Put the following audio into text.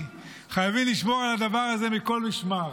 חייבים לשמור על הדבר הזה מכל משמר.